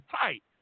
tight